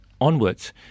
onwards